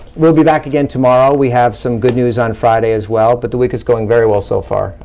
we'll be back again tomorrow, we have some good news on friday as well, but the week is going very well so far, i